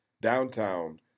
downtown